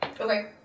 Okay